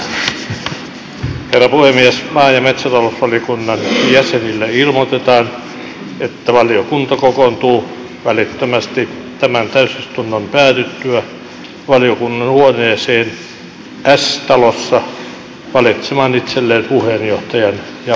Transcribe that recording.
maa ja metsätalousvaliokunnan jäsenille ilmoitetaan että valiokunta kokoontuu välittömästi tämän täysistunnon päätyttyä valiokunnan huoneeseen s talossa valitsemaan itselleen puheenjohtajan ja varapuheenjohtajan